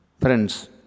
Friends